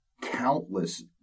countless